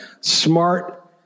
smart